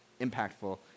impactful